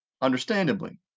understandably